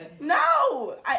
No